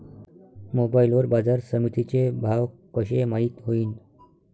Mobile वर बाजारसमिती चे भाव कशे माईत होईन?